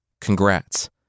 Congrats